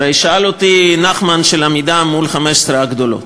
הרי שאל אותי נחמן על עמידה מול 15 הגדולות.